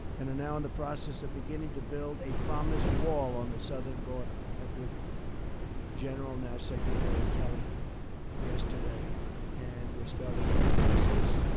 and are now in the process of beginning to build a promised wall on the southern border. met with general, now secretary, kelly yesterday and we're starting that process.